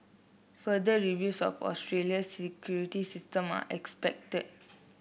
further reviews of Australia's security system are expected